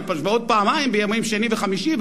ועוד פעמיים בימים שני וחמישי,